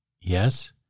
yes